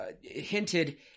hinted